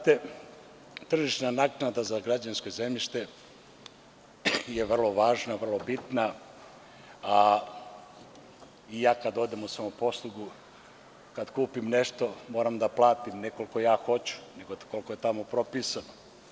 Tržišna naknada za građevinsko zemljište je vrlo važna, vrlo bitna, a i ja kada odem u samoposlugu, kada kupim nešto, moram da platim, ne koliko ja hoću, nego koliko je tamo propisano.